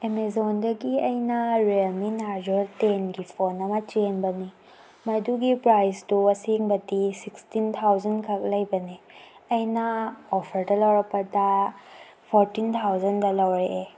ꯑꯦꯃꯥꯖꯣꯟꯗꯒꯤ ꯑꯩꯅ Redmi Narzo ꯇꯦꯟꯒꯤ ꯐꯣꯟ ꯑꯃ ꯆꯦꯟꯕꯅꯤ ꯃꯗꯨꯒꯤ ꯄ꯭ꯔꯥꯏꯁꯇꯣ ꯑꯁꯦꯡꯕꯗꯤ ꯁꯤꯛꯁꯇꯤꯟ ꯊꯥꯎꯖꯟ ꯈꯛ ꯂꯩꯕꯅꯤ ꯑꯩꯅ ꯑꯣꯐꯔꯗ ꯂꯧꯔꯛꯄꯗ ꯐꯣꯔꯇꯤꯟ ꯊꯥꯎꯖꯟꯗ ꯂꯧꯔꯛꯑꯦ